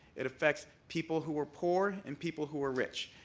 it affects people who are poor and people who are rich.